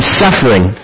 suffering